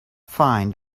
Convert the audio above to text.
find